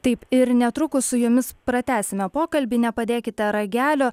taip ir netrukus su jumis pratęsime pokalbį nepadėkite ragelio